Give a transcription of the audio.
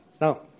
Now